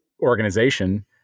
organization